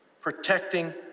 protecting